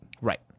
Right